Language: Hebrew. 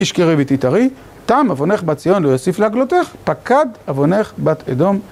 תשכרי ותתערי, תם עוונך בת ציון לא יוסיף להגלותך, פקד עוונך בת אדום.